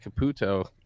caputo